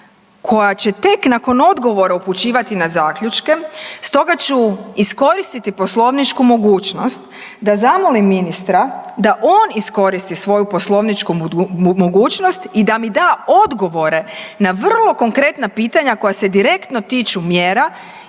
pitanja će tek nakon odgovora upućivati na zaključke, stoga ću iskoristiti poslovničku mogućnost da zamolim ministra da on iskoristi svoju poslovničku mogućnost i da mi da odgovore na vrlo konkretna pitanja koja se direktno tiču mjera